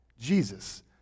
Jesus